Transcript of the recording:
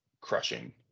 crushing